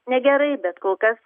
negerai bet kol kas